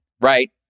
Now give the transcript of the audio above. right